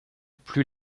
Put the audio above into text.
plus